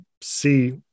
see